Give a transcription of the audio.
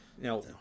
Now